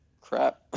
crap